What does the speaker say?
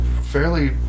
fairly